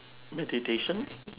meditation